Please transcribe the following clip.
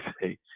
say